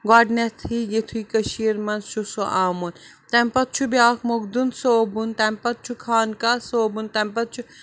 گۄڈٕنٮ۪تھٕے یُتھٕے کٔشیٖرِ منٛز چھُ سُہ آمُت تَمہِ پتہٕ چھُ بیٛاکھ مخدوٗم صٲبُن تَمہِ پتہٕ چھُ خانقاہ صٲبُن تَمہِ پتہٕ چھُ